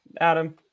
Adam